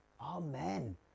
Amen